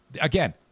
again